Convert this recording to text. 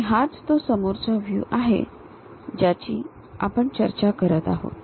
आणि हाच तो समोरचा व्ह्यू आहे ज्याची आपण चर्चा करत आहोत